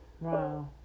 Wow